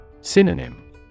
Synonym